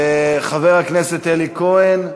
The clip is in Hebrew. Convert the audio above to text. חבר הכנסת אלי כהן,